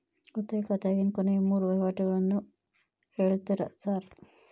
ಉಳಿತಾಯ ಖಾತ್ಯಾಗಿನ ಕೊನೆಯ ಮೂರು ವಹಿವಾಟುಗಳನ್ನ ಹೇಳ್ತೇರ ಸಾರ್?